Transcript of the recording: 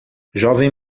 jovem